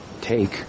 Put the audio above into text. take